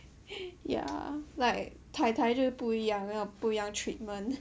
ya like 太太就不一样用不一样的 treatment